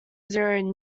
zero